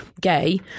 gay